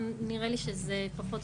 נראה לי שזה פחות,